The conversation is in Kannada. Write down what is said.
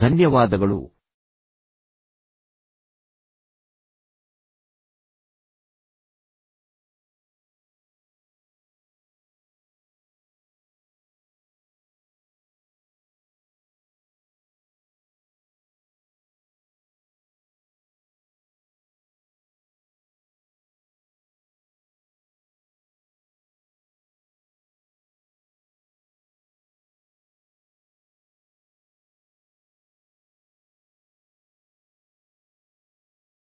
ಮತ್ತೊಮ್ಮೆ ಧನ್ಯವಾದಗಳು